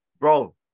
bro